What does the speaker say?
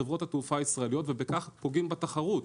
חברות התעופה הישראליות ובכך פוגעים בתחרות.